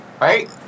right